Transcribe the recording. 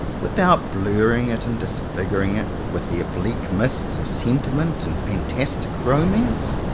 without blurring it and disfiguring it with the oblique mists of sentiment and fantastic romance?